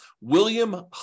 William